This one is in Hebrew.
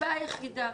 מהסיבה היחידה,